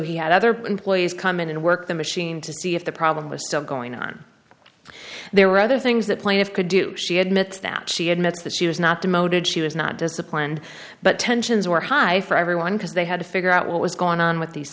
he had other employees come in and work the machine to see if the problem was still going on there were other things that plaintive could do she admits that she admits that she was not demoted she was not disciplined but tensions were high for everyone because they had to figure out what was going on with these